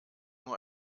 nur